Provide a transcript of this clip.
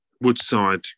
Woodside